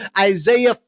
Isaiah